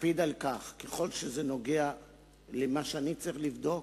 אקפיד על כך, ככל שזה נוגע למה שאני צריך לבדוק,